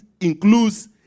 includes